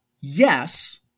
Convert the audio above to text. yes